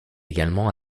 également